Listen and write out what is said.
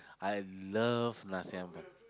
I love nasi-ambeng